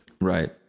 Right